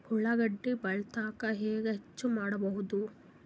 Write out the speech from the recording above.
ಉಳ್ಳಾಗಡ್ಡಿ ಬಾಳಥಕಾ ಹೆಂಗ ಹೆಚ್ಚು ಮಾಡಬಹುದು?